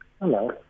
Hello